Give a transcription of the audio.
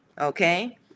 okay